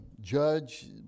judge